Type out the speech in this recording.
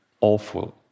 awful